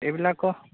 এইবিলাকৰ